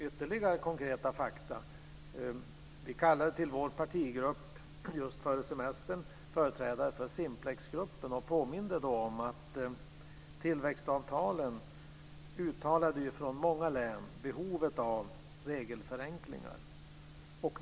Ytterligare konkreta fakta: Vi kallade till vår partigrupp just före semestern företrädare för Simplexgruppen och påminde då om att det från många län uttalades ett behov av regelförenklingar i tillväxtavtalen.